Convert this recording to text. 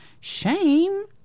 Shame